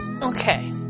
Okay